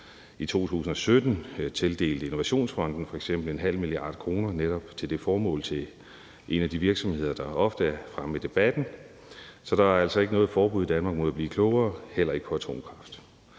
I 2017 tildelte Innovationsfonden f.eks. 0,5 mia. kr. netop til det formål til en af de virksomheder, der ofte er fremme i debatten, så der er altså ikke noget forbud i Danmark mod at blive klogere, heller ikke på atomkraft.